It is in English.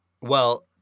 Well-